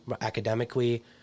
academically